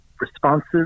responsive